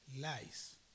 lies